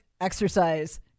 exercise